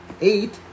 eight